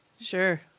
Sure